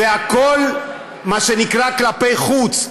זה הכול כלפי חוץ.